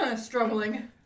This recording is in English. Struggling